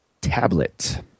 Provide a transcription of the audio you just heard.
tablet